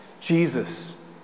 Jesus